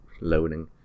loading